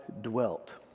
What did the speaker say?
dwelt